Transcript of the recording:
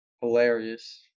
hilarious